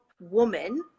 woman